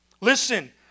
Listen